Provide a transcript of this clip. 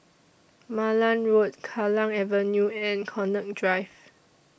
Malan Road Kallang Avenue and Connaught Drive